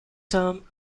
term